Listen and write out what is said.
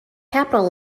capital